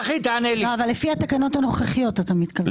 לא, אבל לפי התקנות הנוכחיות, אתה מתכוון.